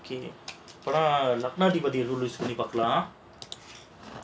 okay அப்புறம் லக்கினாதிபதி சொல்லி பார்க்கலாம்:appuram lakkinaathipathi solli paarkalaam